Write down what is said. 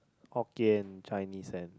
hokkien Chinese and